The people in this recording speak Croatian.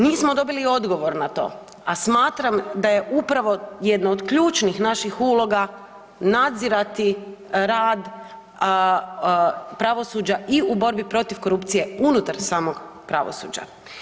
Nismo dobili odgovor na to, a smatram da je upravo jedna od ključnih naših uloga nadzirati rad pravosuđa i u borbi protiv korupcije unutar samog pravosuđa.